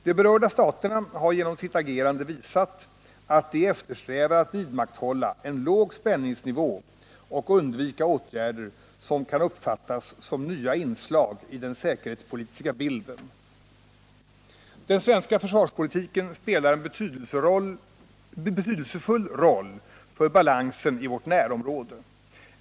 De berörda staterna har genom sitt agerande visat att de eftersträvar att vidmakthålla en låg spänningsnivå och att undvika åtgärder som kan uppfattas som nya inslag i den säkerhetspolitiska bilden. Den svenska försvarspolitiken spelar en betydelsefull roll för balansen i vårt närområde.